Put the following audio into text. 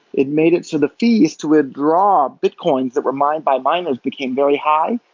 it made it so the fees to withdraw bitcoins that were mined by miners became very high,